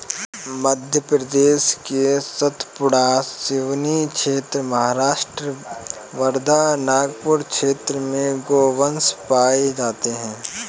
मध्य प्रदेश के सतपुड़ा, सिवनी क्षेत्र, महाराष्ट्र वर्धा, नागपुर क्षेत्र में गोवंश पाये जाते हैं